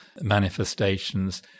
manifestations